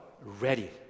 ready